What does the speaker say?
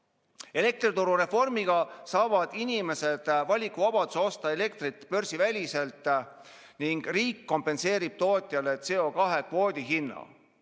Elektrituru reformiga saavad inimesed valikuvabaduse osta elektrit börsiväliselt ning riik kompenseerib tootjale CO2kvoodi hinna.